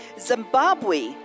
Zimbabwe